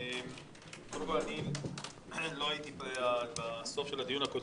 אבל אנחנו מדברים על העיקרון,